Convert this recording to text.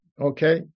Okay